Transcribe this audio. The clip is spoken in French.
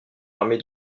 l’armée